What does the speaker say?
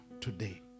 today